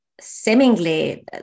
seemingly